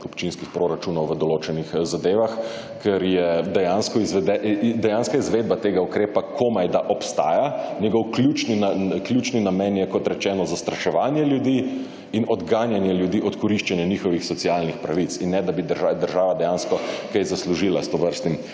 občinskih proračunov v določenih zadevah, ker je dejansko…, dejanska izvedba tega ukrepa komajda obstaja, njegov ključni namen je, kot rečeno, zastraševanje ljudi in odganjanje ljudi od koriščenja njihovih socialnih pravic in ne da bi država dejansko kaj zaslužila s tovrstnim